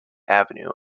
avenue